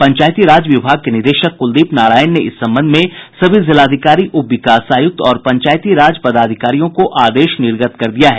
पंचायती राज विभाग के निदेशक कुलदीप नारायण ने इस संबंध में सभी जिलाधिकारी उप विकास आयुक्त और पंचायती राज पदाधिकारियों को आदेश निर्गत कर दिया है